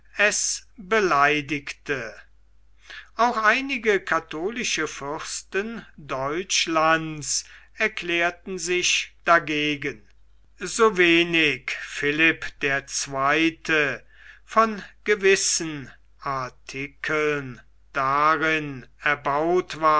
es beleidigte auch einige katholische fürsten deutschlands erklärten sich dagegen so wenig philipp der zweite von gewissen artikeln darin erbaut war